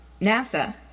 NASA